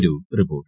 ഒരു റിപ്പോർട്ട്